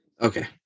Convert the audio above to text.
okay